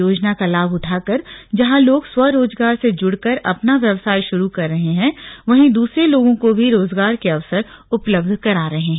योजना का लाभ उठाकर जंहा लोग स्वरोजगार से जुड़कर अपना व्यावसाय शुरू कर रहे हैं वहीं दूसरे लोगों को भी रोजगार के अवसर उपलब्ध करा रहे हैं